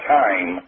time